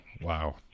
Wow